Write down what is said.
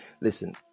listen